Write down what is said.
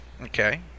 Okay